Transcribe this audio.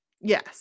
yes